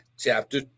chapter